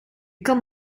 kan